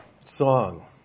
song